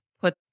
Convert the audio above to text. put